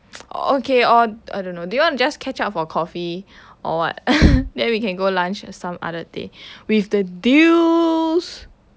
okay or I don't know do you want just catch up for coffee or what then we can go lunch some other day with the deals